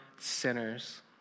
sinners